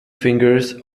fingers